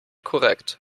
korrekt